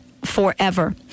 forever